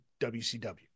WCW